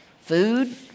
Food